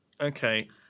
Okay